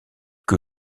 que